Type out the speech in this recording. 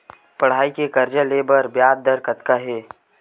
पढ़ई के कर्जा ले बर ब्याज दर कतका हे?